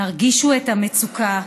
תרגישו את המצוקה,